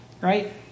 right